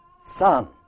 son